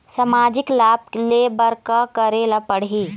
सामाजिक लाभ ले बर का करे ला पड़ही?